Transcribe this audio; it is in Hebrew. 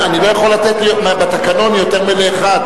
אני לא יכול לתת בתקנון יותר מלאחד.